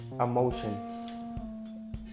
Emotion